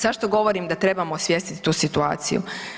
Zašto govorim da trebamo osvijestiti tu situaciju?